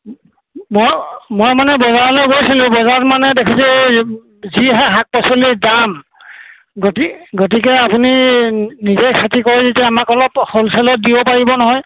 মই মই মানে বজাৰলৈ গৈছিলোঁ বজাৰত মানে দেখিছোঁ যিহে শাক পাচলিৰ দাম গতি গতিকে আপুনি নিজে খেতি কৰি যেতিয়া আমাক অলপ হ'লছেলত দিব পাৰিব নহয়